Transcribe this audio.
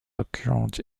occurred